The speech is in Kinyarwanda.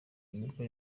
nibwo